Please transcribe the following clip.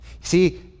See